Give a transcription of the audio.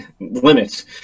limits